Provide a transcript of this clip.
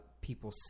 people